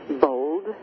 bold